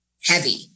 heavy